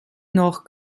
noch